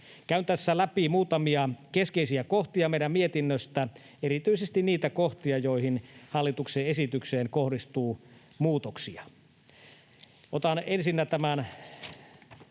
Käyn tässä läpi muutamia keskeisiä kohtia meidän mietinnöstämme, erityisesti niitä kohtia, joissa hallituksen esitykseen kohdistuu muutoksia. Otan ensinnä tämän